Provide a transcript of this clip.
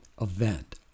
event